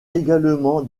également